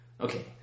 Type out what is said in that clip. Okay